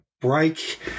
break